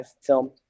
film